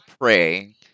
pray